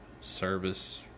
service